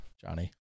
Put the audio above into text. Johnny